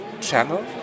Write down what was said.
channel